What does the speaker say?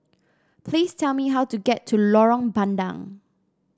please tell me how to get to Lorong Bandang